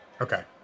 Okay